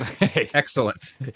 Excellent